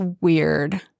weird